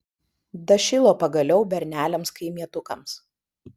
dašilo pagaliau berneliams kaimietukams